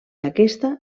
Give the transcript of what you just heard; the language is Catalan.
aquesta